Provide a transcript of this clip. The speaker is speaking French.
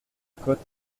côte